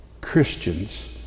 Christians